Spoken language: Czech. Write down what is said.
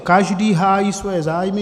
Každý hájí svoje zájmy.